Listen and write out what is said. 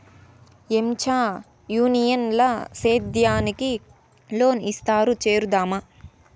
ఏంచా యూనియన్ ల సేద్యానికి లోన్ ఇస్తున్నారు చేరుదామా